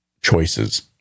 choices